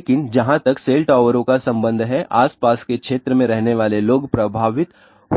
लेकिन जहां तक सेल टावरों का संबंध है आसपास के क्षेत्र में रहने वाले लोग प्रभावित